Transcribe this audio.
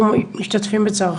אנחנו משתתפים בצערך.